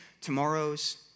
tomorrow's